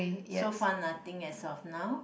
so far nothing as of now